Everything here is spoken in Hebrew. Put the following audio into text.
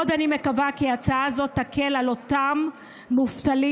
עוד אני מקווה כי ההצעה הזאת תקל על אותם מובטלים